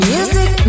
Music